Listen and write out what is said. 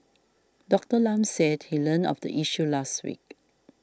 Doctor Lam said he learnt of the issue last week